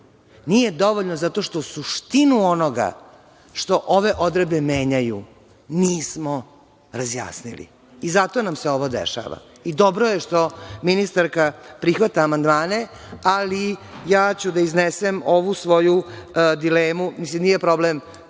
nije dovoljno jer suštinu onoga što ove odredbe menjaju nismo razjasnili. Zato nam se ovo dešava i dobro je što ministarka prihvata amandmane, ali ću da iznesem ovu svoju dilemu, mislim, nije problem